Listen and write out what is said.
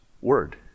word